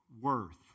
worth